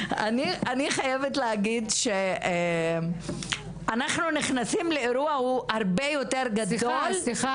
אני חייבת להגיד שאנחנו נכנסים לאירוע הרבה יותר גדול מהאירוע הזה.